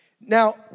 Now